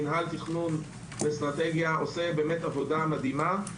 מינהל תכנון ואסטרטגיה עושה באמת עבודה מדהימה.